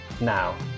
now